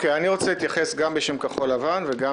אני רוצה להתייחס גם בשם כחול ולבן וגם